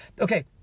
Okay